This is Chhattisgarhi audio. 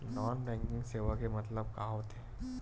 नॉन बैंकिंग सेवा के मतलब का होथे?